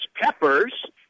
Peppers